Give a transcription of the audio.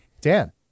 Dan